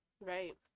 right